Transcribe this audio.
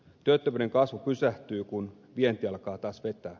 työttömyyden kasvu pysähtyy kun vienti alkaa taas vetää